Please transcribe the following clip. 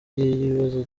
y’ibibazo